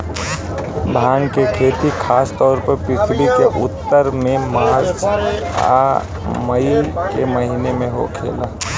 भांग के खेती खासतौर पर पृथ्वी के उत्तर में मार्च आ मई के महीना में होखेला